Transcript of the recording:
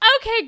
Okay